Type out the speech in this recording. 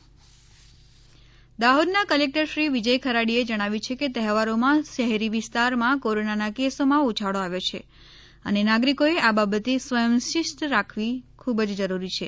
Dahod collector appeal દાહોદના collector Shri Vijay ખરાડીએ જણાવ્યું છે કે તહેવારોમાં શહેરી વિસ્તારમાં કોરોનાના કેસોમાં ઉછાળો આવ્યો છે અને નાગરિકોએ આ બાબતે સ્વયંશિસ્ત રાખવી ખૂબ જ જરૂરી છે